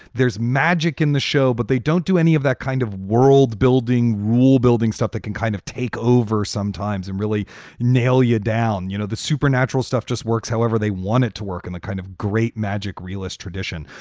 there's magic in the show, but they don't do any of that kind of world building, rule building stuff that can kind of take over sometimes and really nail you down. you know, the supernatural stuff just works. however, they want it to work in the kind of great magic realist tradition.